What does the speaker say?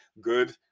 good